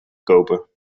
kopen